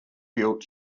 built